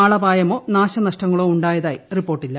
ആളപായമോ നാശനഷ്ടങ്ങളോ ഉണ്ടായതായി റിപ്പോർട്ടില്ല